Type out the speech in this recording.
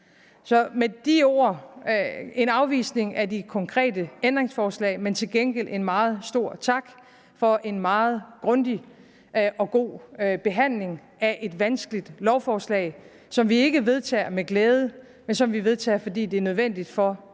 med de ord afviser jeg de konkrete ændringsforslag, men bringer til gengæld en meget stor tak for en meget grundig og god behandling af et vanskeligt lovforslag, som vi ikke vedtager med glæde, men som vi vedtager, fordi det er nødvendigt for, at